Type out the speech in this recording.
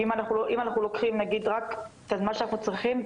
אם אנחנו לוקחים רק את מה שאנחנו צריכים,